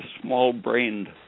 small-brained